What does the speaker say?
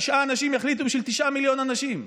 תשעה אנשים יחליטו בשביל תשעה מיליון אנשים?